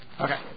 okay